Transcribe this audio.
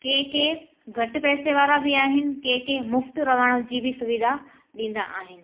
के के घटि पैसे वारा बि आहिनि के के मुफ़्तु रहण जी बि सुविधा ॾींदा आहिनि